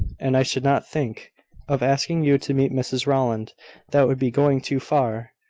and i should not think of asking you to meet mrs rowland that would be going too far.